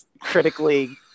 critically